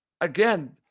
Again